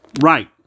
Right